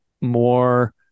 more